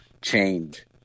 change